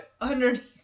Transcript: underneath